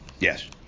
Yes